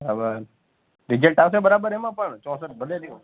બરાબર રીઝલ્ટ આવશે બરાબર એમાં પણ ચોંસઠ ભલે રહ્યો